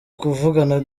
kuvugana